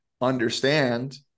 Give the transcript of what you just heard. understand